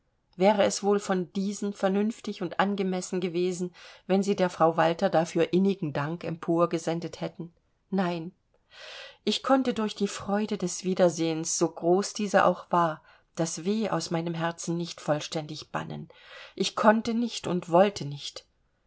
wäre es wohl von diesen vernünftig und angemessen gewesen wenn sie der frau walter dafür innigen dank emporgesendet hätten nein ich konnte durch die freude des wiedersehens so groß diese auch war das weh aus meinem herzen nicht vollständig bannen ich konnte nicht und wollte nicht